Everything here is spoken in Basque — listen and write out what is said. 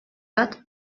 bat